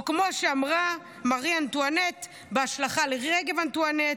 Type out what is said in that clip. או כמו שאמרה מארי אנטואנט, בהשלכה לרגב אנטואנט: